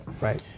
Right